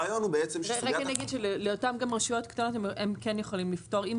רק אני אגיד שלאותם רשויות קטנות הם כן יכולים לפתור אם